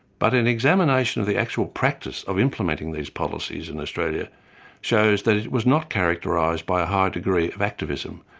but an examination of the actual practice of implementing these policies in australia shows that it was not characterised by a high degree of activism,